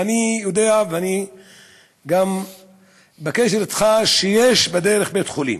ואני יודע, ואני גם בקשר אתך, שיש בדרך בית-חולים.